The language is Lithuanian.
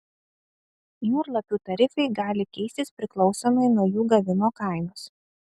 jūrlapių tarifai gali keistis priklausomai nuo jų gavimo kainos